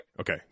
okay